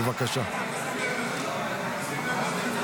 תודה רבה,